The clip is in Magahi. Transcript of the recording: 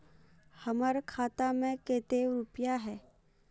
हमर खाता में केते रुपया है?